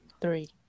Three